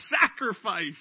sacrifice